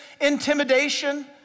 Intimidation